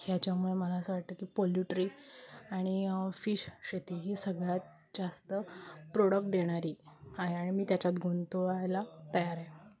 याच्यामुळे मला असं वाटतं की पोल्युट्री आणि फिश शेती ही सगळ्यात जास्त प्रोडक्ट देणारी आहे आणि मी त्याच्यात गुंतवायला तयार आहे